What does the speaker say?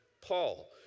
Paul